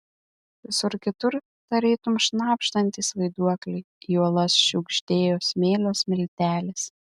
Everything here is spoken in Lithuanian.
visur kitur tarytum šnabždantys vaiduokliai į uolas šiugždėjo smėlio smiltelės